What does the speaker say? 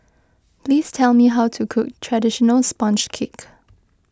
please tell me how to cook Traditional Sponge Cake